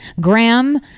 Graham